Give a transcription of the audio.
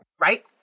Right